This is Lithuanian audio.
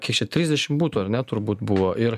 kiek čia trisdešimt butų ar net turbūt buvo ir